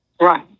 Right